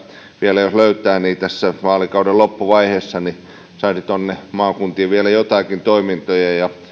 vielä jos löytää tässä vaalikauden loppuvaiheessa saisi tuonne maakuntiin vielä jotakin toimintoja ja